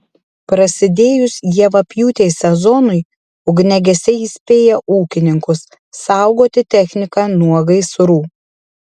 prasidėjus javapjūtės sezonui ugniagesiai įspėja ūkininkus saugoti techniką nuo gaisrų